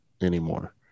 anymore